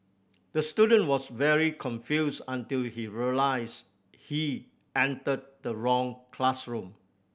the student was very confused until he realised he entered the wrong classroom